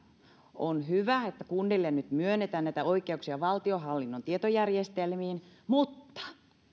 on hyvä että kunnille nyt myönnetään näitä oikeuksia valtionhallinnon tietojärjestelmiin mutta